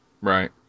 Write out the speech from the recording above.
Right